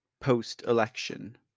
post-election